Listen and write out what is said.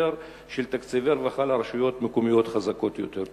של תקציבי רווחה לרשויות מקומיות חזקות יותר.